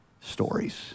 Stories